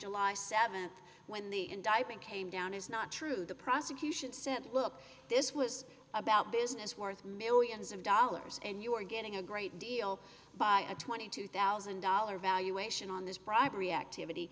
july th when the indictment came down is not true the prosecution said look this was about business worth millions of dollars and you were getting a great deal by a twenty two thousand dollars valuation on this bribery activity